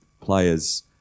players